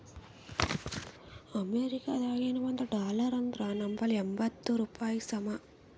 ಅಮೇರಿಕಾದಾಗಿನ ಒಂದ್ ಡಾಲರ್ ಅಂದುರ್ ನಂಬಲ್ಲಿ ಎಂಬತ್ತ್ ರೂಪಾಯಿಗಿ ಸಮ